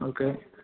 okay